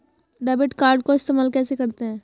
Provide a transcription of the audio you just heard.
Debit card को इस्तेमाल कैसे करते हैं?